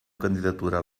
candidatura